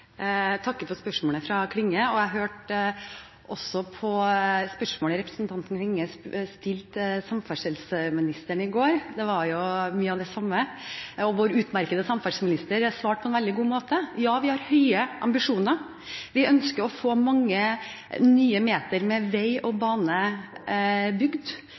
Klinge, og jeg hørte også på spørsmålet representanten Klinge stilte samferdselsministeren i går. Det handlet om mye av det samme. Vår utmerkede samferdselsminister svarte på en veldig god måte. Ja, vi har høye ambisjoner. Vi ønsker å få mange nye meter med vei og bane bygd.